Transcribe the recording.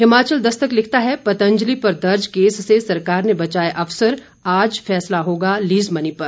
हिमाचल दस्तक लिखता है पतंजलि पर दर्ज केस से सरकार ने बचाए अफसर आज फैसला होगा लीज मनी पर